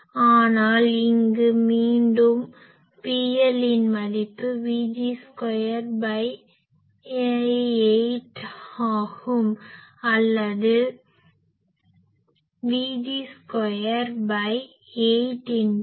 ஆனால் இங்கே மீண்டும் PL இன் மதிப்பு Vg28 ஆகும் அல்லது Vg28RrRL